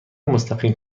مستقیم